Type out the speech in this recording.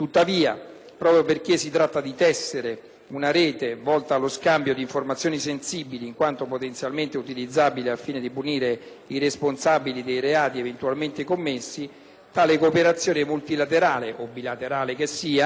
proprio perché si tratta di tessere una rete volta allo scambio di informazioni sensibili in quanto potenzialmente utilizzabili al fine di punire i responsabili dei reati eventualmente commessi, tale cooperazione, multilaterale o bilaterale che sia,